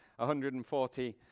140